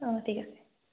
অঁ ঠিক আছে